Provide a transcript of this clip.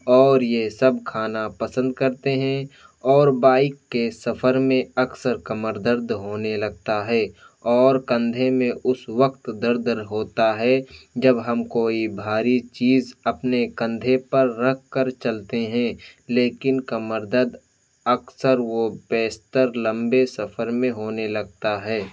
اور یہ سب کھانا پسند کرتے ہیں اور بائک کے سفر میں اکثر کمر درد ہونے لگتا ہے اور کندھے میں اس وقت دردر ہوتا ہے جب ہم کوئی بھاری چیز اپنے کندھے پر رکھ کر چلتے ہیں لیکن کمر درد اکثر و بیشتر لمبے سفر میں ہونے لگتا ہے